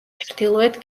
ჩრდილოეთ